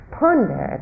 ponder